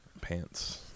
pants